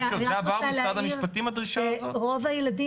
רוב הילדים